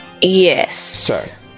yes